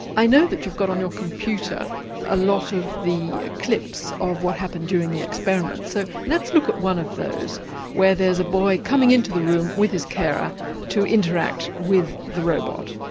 i know that you've got on your computer a lot of the clips of what happened during the experiments, so let's look at one of those where there's a boy coming into the room with his carer to interact with the robot.